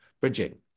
Bridging